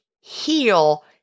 heal